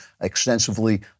extensively